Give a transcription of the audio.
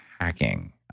hacking